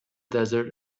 desert